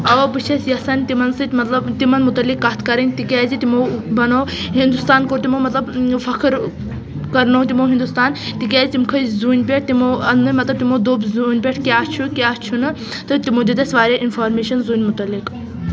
اَوا بہٕ چھس یَژھان تِمن سۭتۍ مطلب تِمن مُتعلق کَتھ کَرٕنۍ تِکیازِ تِمو بَنٲو ہِندُوستان کوٚر تِمو مطلب فخر کَرٕنو تِمو ہِندُوستان تِکیازِ تِم کھٔتۍ زوٗنہِ پٮ۪ٹھ تِمو اننہٕ مطلب تِمو دوٚپ زوٗنہِ پٮ۪ٹھ کیٛاہ چھُ کیٛاہ چھُنہٕ تہٕ تِمو دِتۍ اَسہِ واریاہ اِنٛفارمیشن زوٗنہِ مُتعلق